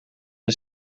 een